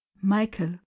Michael